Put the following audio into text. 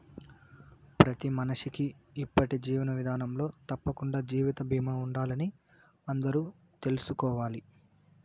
ప్రతి మనిషికీ ఇప్పటి జీవన విదానంలో తప్పకండా జీవిత బీమా ఉండాలని అందరూ తెల్సుకోవాలి